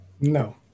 No